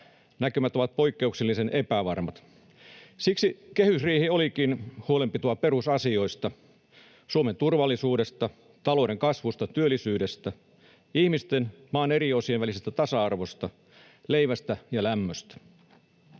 Näkymät ovat poikkeuksellisen epävarmat. Siksi kehysriihi olikin huolenpitoa perusasioista; Suomen turvallisuudesta, talouden kasvusta ja työllisyydestä, ihmisten ja maan eri osien välisestä tasa-arvosta sekä leivästä ja lämmöstä.